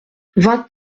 vingt